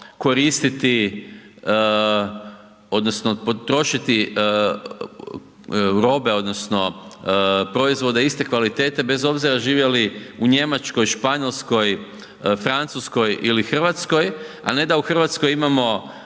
koristiti odnosno potrošiti robe odnosno proizvode iste kvalitete bez obzira živjeli u Njemačkoj, Španjolskoj, Francuskoj ili Hrvatskoj, a ne da u Hrvatskoj imamo